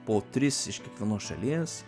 po tris iš kiekvienos šalies